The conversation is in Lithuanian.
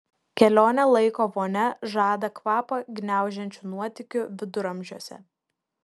kelionė laiko vonia žada kvapą gniaužiančių nuotykių viduramžiuose